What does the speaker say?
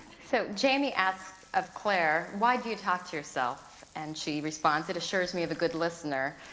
so jamie asks of claire, why do you talk to yourself? and she responds, it assures me of a good listener.